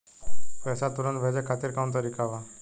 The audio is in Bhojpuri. पैसे तुरंत भेजे खातिर कौन तरीका बा?